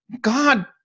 God